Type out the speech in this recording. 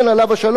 עליו השלום,